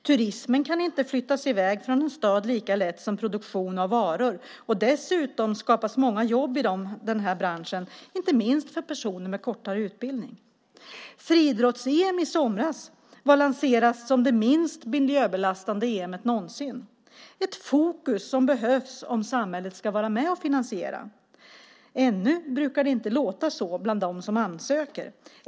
Turismen kan inte flyttas i väg från en stad lika lätt som produktion av varor. Dessutom skapas många jobb i den branschen, inte minst för personer med kortare utbildning. Friidrotts-EM i somras lanserades som det minst miljöbelastande EM:et någonsin, ett fokus som behövs om samhället ska vara med och finansiera. Ännu brukar det inte låta så bland dem som ansöker.